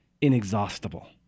Inexhaustible